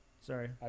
sorry